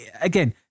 again